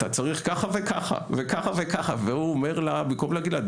אתה צריך ככה וככה ובמקום להגיד לה,